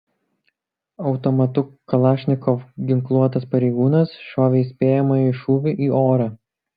automatu kalašnikov ginkluotas pareigūnas šovė įspėjamąjį šūvį į orą